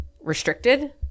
restricted